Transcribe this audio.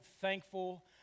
thankful